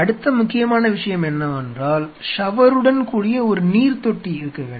அடுத்த முக்கியமான விஷயம் என்னவென்றால் ஷவருடன் கூடிய ஒரு நீர்த்தொட்டி இருக்க வேண்டும்